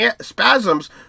spasms